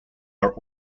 are